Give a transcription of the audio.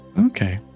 Okay